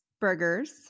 burgers